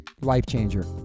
life-changer